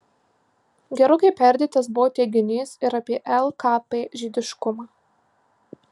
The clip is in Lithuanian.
gerokai perdėtas buvo teiginys ir apie lkp žydiškumą